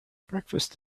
breakfast